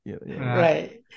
right